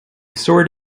sort